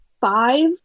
five